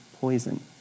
poison